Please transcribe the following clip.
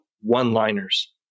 one-liners